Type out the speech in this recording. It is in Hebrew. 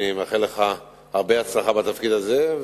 אני מאחל לך הרבה הצלחה בתפקיד הזה,